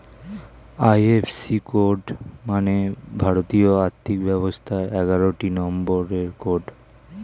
IFC code মানে ভারতীয় আর্থিক ব্যবস্থার এগারোটি নম্বরের কোড